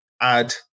add